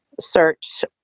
search